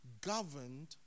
governed